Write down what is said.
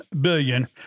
billion